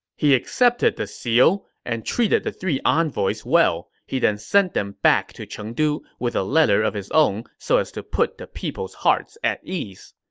he accepted the seal and treated the three envoys well. he then sent them back to chengdu with a letter of his own so as to put the people's hearts at ease.